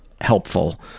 helpful